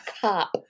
cop